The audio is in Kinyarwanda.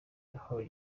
yahawe